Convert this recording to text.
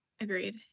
Agreed